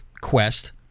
quest